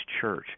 Church